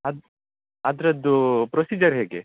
ಅದು ಅದರದ್ದು ಪ್ರೊಸಿಜರ್ ಹೇಗೆ